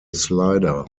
slider